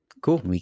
Cool